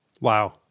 Wow